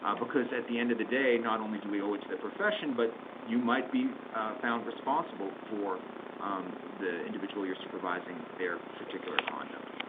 ah because at the end of the day, not only do we owe it to the profession, but you might be found responsible for the individual you're supervising, their particular conduct.